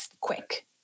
quick